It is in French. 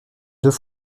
deux